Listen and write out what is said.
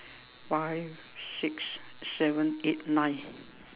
five six seven eight nine